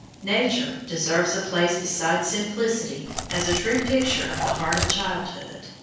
nature deserves a place beside simplicity as a true picture of the heart of childhood.